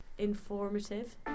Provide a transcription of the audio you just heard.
informative